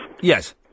Yes